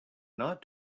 not